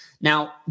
now